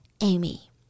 Amy